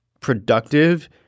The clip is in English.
Productive